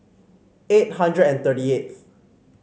eight hundred and thirty eighth